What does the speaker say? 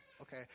Okay